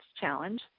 challenge